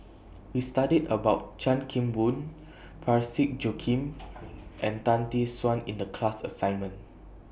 We studied about Chan Kim Boon Parsick Joaquim and Tan Tee Suan in The class assignment